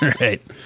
Right